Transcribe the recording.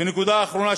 ונקודה אחרונה,